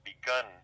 begun